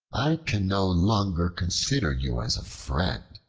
i can no longer consider you as a friend,